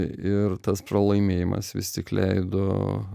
ir tas pralaimėjimas vis tik leido